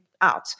out